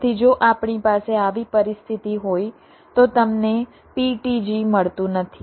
તેથી જો આપણી પાસે આવી પરિસ્થિતિ હોય તો તમને PTG મળતું નથી